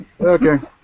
Okay